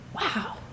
Wow